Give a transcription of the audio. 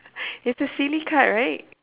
it's a silly card right